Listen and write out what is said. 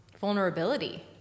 vulnerability